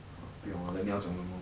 ah 不用 ah then 你要讲什么